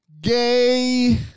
Gay